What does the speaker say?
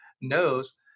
knows